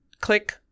click